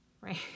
right